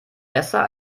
besser